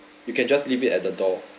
you can just leave it at the door